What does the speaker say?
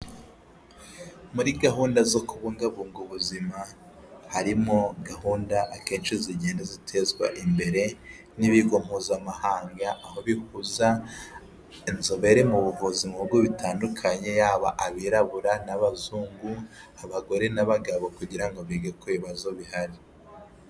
Muri gahunda zo kubungabunga ubuzima harimo gahunda akenshi zigenda zitezwa imbere n'ibigo mpuzamahanga aho bihuza inzobere mu buvuzi mu bigo bitandukanye yaba abirabura n'abazungu abagore n'abagabo kugirango bige ku bibazo bihari.